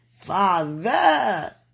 Father